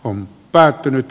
on päättynyt